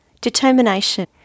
determination